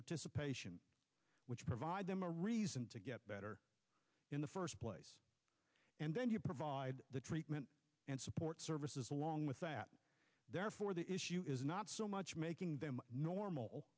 participation which provide them a reason to get better in the first place and then to provide the treatment and support services along with that therefore the issue is not so much making them normal